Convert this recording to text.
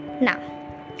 Now